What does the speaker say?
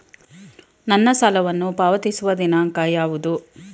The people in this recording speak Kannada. ನನ್ನ ಸಾಲವನ್ನು ಪಾವತಿಸುವ ದಿನಾಂಕ ಯಾವುದು?